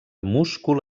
múscul